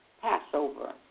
Passover